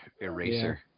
Eraser